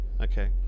okay